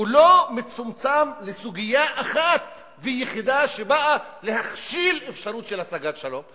הוא לא מצומצם לסוגיה אחת ויחידה שבאה להכשיל אפשרות של השגת שלום.